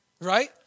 right